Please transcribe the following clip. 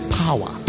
power